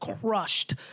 crushed